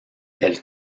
elle